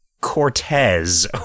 Cortez